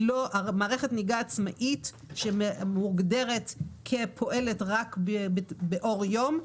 מערכת נהיגה עצמאית, שמוגדרת כפועלת רק באור יום,